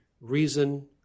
reason